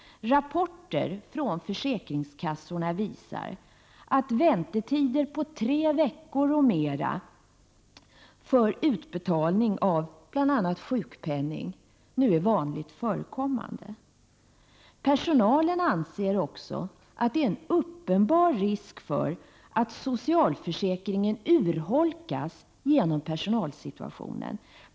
Rapporter från försäkringskassorna visar att väntetider på tre veckor och mer för utbetalning av bl.a. sjukpenning nu är vanligt förekommande. Personalen anser också att det är en uppenbar risk för att socialförsäkringen urholkas genom personalsituationen.